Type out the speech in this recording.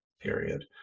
period